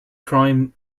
crime